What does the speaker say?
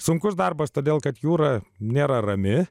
sunkus darbas todėl kad jūra nėra rami